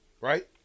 right